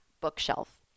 bookshelf